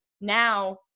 now